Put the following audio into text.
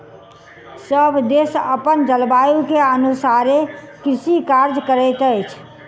सभ देश अपन जलवायु के अनुसारे कृषि कार्य करैत अछि